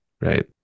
right